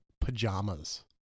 pajamas